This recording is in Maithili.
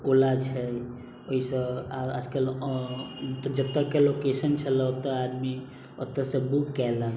ओला छै ओइ सँ आजकल जतऽके लोकेशन छलै ओतऽके आदमी ओतऽसँ बुक कयलक